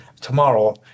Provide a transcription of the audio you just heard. tomorrow